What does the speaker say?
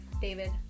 David